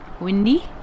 windy